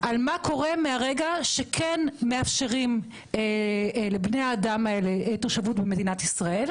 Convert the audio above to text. מה קורה מרגע שמאפשרים לבני האדם האלה תושבות במדינת ישראל.